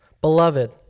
Beloved